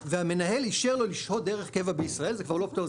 "והמנהל אישר לו לשהות דרך קבע בישראל." זה כבר לא פטור.